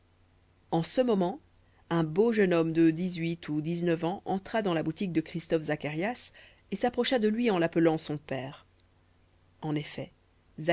en ce moment un beau jeune homme de dix-huit ou dix-neuf ans entra dans la boutique de christophe zacharias et s'approcha de lui en l'appelant son père en effet